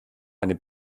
eine